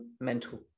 mental